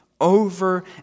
over